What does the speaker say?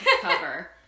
cover